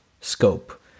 scope